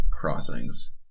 crossings